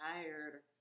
tired